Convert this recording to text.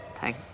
thank